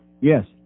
Yes